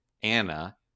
Anna